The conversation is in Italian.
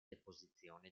deposizione